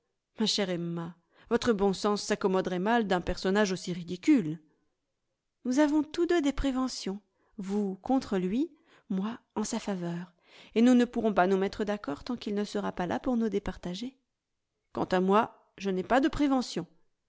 ma chère emma votre bon sens s'accommoderait mal d'un personnage aussi ridicule nous avons tous deux des préventions vous contre lui moi en sa faveur et nous ne pourrons pas nous mettre d'accord tant qu'il ne sera pas là pour nous départager quant à moi je n'ai pas de préventions